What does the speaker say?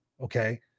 Okay